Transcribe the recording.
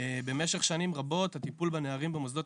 במשך שנים רבות הטיפול בנערים במוסדות